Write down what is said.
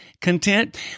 Content